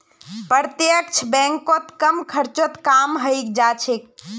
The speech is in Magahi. प्रत्यक्ष बैंकत कम खर्चत काम हइ जा छेक